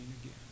again